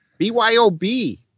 byob